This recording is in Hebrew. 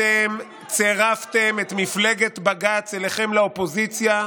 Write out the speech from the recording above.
אתם צירפתם את מפלגת בג"ץ אליכם לאופוזיציה.